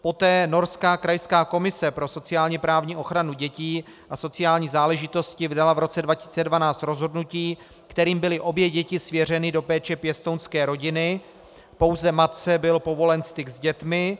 Poté norská krajská komise pro sociálněprávní ochranu dětí a sociální záležitosti vydala v roce 2012 rozhodnutí, kterým byly obě děti svěřeny do péče pěstounské rodiny, pouze matce byl povolen styk s dětmi.